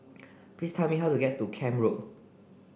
please tell me how to get to Camp Road